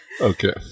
Okay